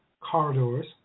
corridors